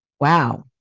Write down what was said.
Wow